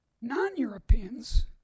non-Europeans